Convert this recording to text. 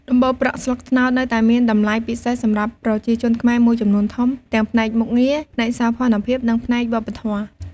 ដំបូលប្រក់ស្លឹកត្នោតនៅតែមានតម្លៃពិសេសសម្រាប់ប្រជាជនខ្មែរមួយចំនួនធំ ទាំងផ្នែកមុខងារ ផ្នែកសោភ័ណភាព និងផ្នែកវប្បធម៌។